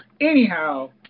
anyhow